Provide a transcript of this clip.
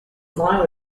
viral